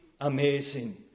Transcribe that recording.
amazing